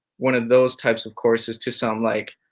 one of those types of courses to sound, like